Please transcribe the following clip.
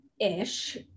ish